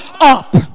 up